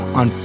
on